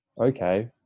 okay